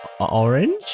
Orange